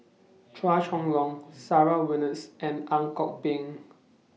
Chua Chong Long Sarah Winstedt and Ang Kok Peng